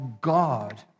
God